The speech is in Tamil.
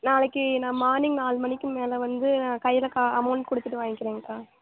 நாளைக்கு நான் மார்னிங் நாலு மணிக்கு மேலே வந்து கையில் கா அமௌண்ட் கொடுத்துட்டு வாங்கிக்கிறேன்கா